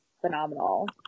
phenomenal